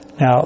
Now